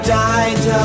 died